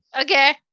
Okay